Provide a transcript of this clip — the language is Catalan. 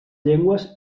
llengües